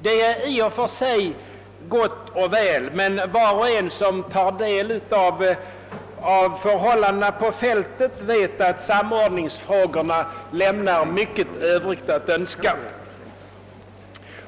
Det är i och för sig gott och väl. Men var och en som satt sig in i förhållandena på fältet vet att samordningen lämnar mycket övrigt att önska